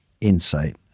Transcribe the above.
insight